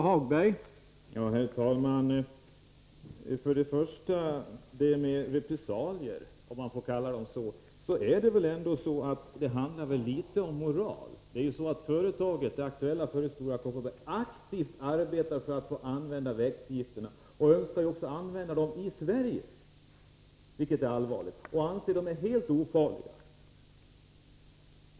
Herr talman! Reprimander — om man får kalla dem så — handlar litet om moral. Det aktuella företaget, Stora Kopparberg, arbetar aktivt för att få använda växtgifterna och önskar även använda dem i Sverige, vilket är allvarligt. Företaget anser att de är helt ofarliga.